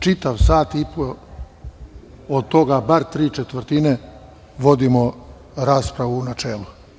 Čitav sat i po, od toga bar tri četvrtine, vodimo raspravu u načelu.